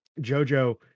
jojo